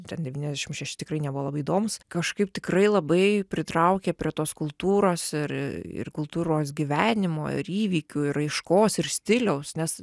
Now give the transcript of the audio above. ten devyniasdešim šešti tikrai nebuvo labai įdomūs kažkaip tikrai labai pritraukė prie tos kultūros ir ir kultūros gyvenimo ir įvykių ir raiškos ir stiliaus nes